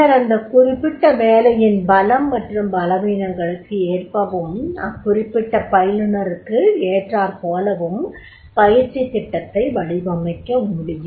பின்னர் அந்த குறிப்பிட்ட வேலையின் பலம் மற்றும் பலவீனங்களுக்கு ஏற்பவும் அக்குறிப்பிட்ட பயிலுனருக்கு ஏற்றாற்போலவும் பயிற்சித் திட்டத்தை வடிவமைக்க வேண்டும்